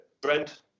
Brent